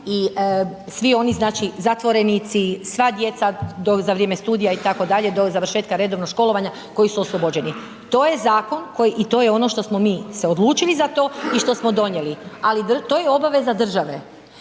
i svi oni znači zatvorenici, sva djeca do za vrijeme studija itd. do završetka redovnog školovanja koji su oslobođeni. To je zakon i to je ono šta smo mi se odlučili za to i što smo donijeli. To je obaveza države.